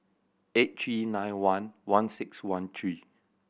eight three nine one one six one three